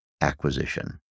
acquisition